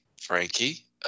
frankie